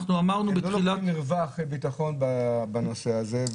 אנחנו אמרנו בתחילת --- שיתנו לו מרווח ביטחון בנושא הזה.